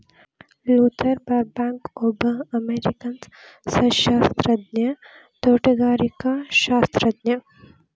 Luther ಬರ್ಬ್ಯಾಂಕ್ಒಬ್ಬ ಅಮೇರಿಕನ್ಸಸ್ಯಶಾಸ್ತ್ರಜ್ಞ, ತೋಟಗಾರಿಕಾಶಾಸ್ತ್ರಜ್ಞ